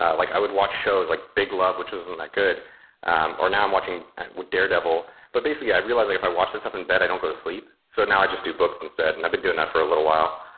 like i would watch shows like big love, which wasn't that good and or now i'm watching daredevil but basically i realize like if i watch this stuff in bed i don't go to sleep. so now i just do books instead and i've been doing that for a little while.